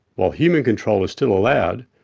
while human control is still allowed,